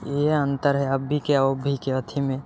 इहे अन्तर है अभी के आओर अभीके अथीमे